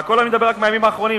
והכול מהימים האחרונים,